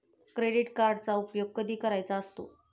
Credit कार्डचा उपयोग कधी करायचा असतो?